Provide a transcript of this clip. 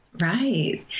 Right